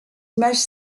images